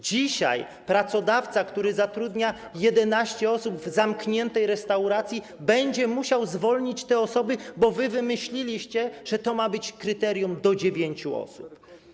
Dzisiaj pracodawca, który zatrudnia 11 osób w zamkniętej restauracji, będzie musiał zwolnić te osoby, bo wy wymyśliliście, że to ma być kryterium do 9 osób.